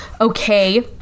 okay